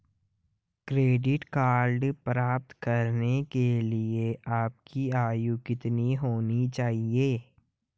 Credit card प्राप्त करने के लिए आपकी आयु कितनी होनी चाहिए?